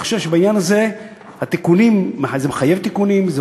אני חושב שזה מחייב תיקונים,